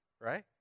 right